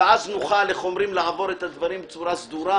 ואז נוכל לעבור את הדברים בצורה סדורה,